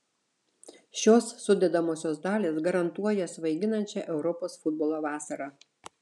šios sudedamosios dalys garantuoja svaiginančią europos futbolo vasarą